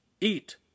eat